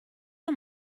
him